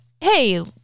Hey